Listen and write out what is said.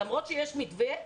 למרות שיש מתווה,